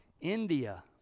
India